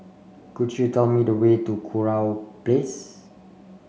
could you tell me the way to Kurau Place